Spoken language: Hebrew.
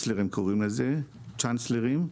של הצ'אנסלרים,